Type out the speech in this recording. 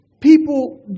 people